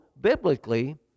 biblically